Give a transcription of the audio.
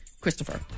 Christopher